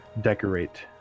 decorate